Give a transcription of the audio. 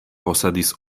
posedis